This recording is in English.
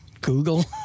Google